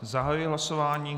Zahajuji hlasování.